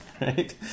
right